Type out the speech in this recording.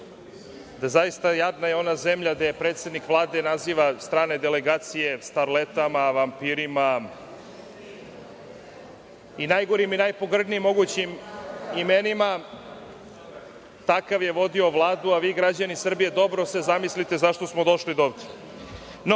da je jadna ona zemlja gde predsednik Vlade naziva strane delegacije starletama, vampirima i najgorim i najpogrdnijim mogućim imenima, takav je vodio Vladu, a vi, građani Srbije, dobro se zamislite zašto smo došli dovde. Kada